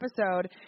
episode